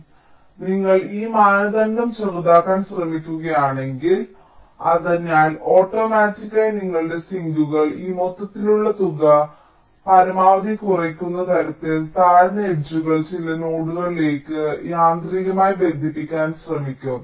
അതിനാൽ നിങ്ങൾ ഈ മാനദണ്ഡം ചെറുതാക്കാൻ ശ്രമിക്കുകയാണെങ്കിൽ അതിനാൽ ഓട്ടോമാറ്റിക്കായി നിങ്ങളുടെ സിങ്കുകൾ ഈ മൊത്തത്തിലുള്ള തുക പരമാവധി കുറയ്ക്കുന്ന തരത്തിൽ താഴ്ന്ന എഡ്ജുകൾ ചില നോഡുകളിലേക്ക് യാന്ത്രികമായി ബന്ധിപ്പിക്കാൻ ശ്രമിക്കും